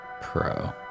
Pro